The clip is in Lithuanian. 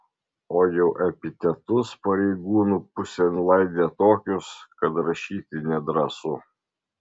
o jau epitetus pareigūnų pusėn laidė tokius kad rašyti nedrąsu